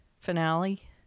finale